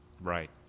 Right